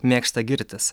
mėgsta girtis